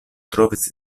trovis